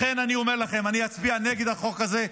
לכן אני אומר לכם שאצביע נגד החוק הזה,